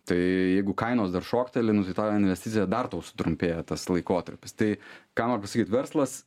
tai jeigu kainos dar šokteli nu tai tau investicija dar tau sutrumpėja tas laikotarpis tai ką noriu pasakyt verslas